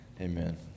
Amen